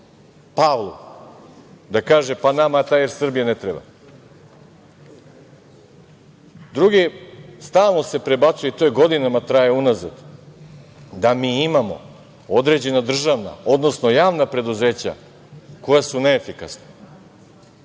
– nama ta „Er Srbija“ ne treba. Drugo, stalno se prebacuje i to godinama unazad traje, da mi imamo određena državna odnosno javna preduzeća koja su neefikasna,